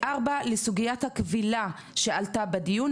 4. לסוגיית הכבילה שעלתה בדיון,